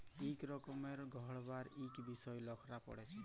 ইক রকমের পড়্হাবার ইক বিষয় লকরা পড়হে